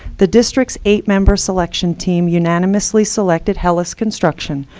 the district's eight member selection team unanimously selected hellis construction,